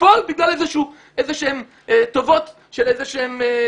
ייפול בגלל איזשהן טובות של איזשהם